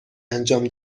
انجام